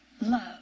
love